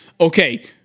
okay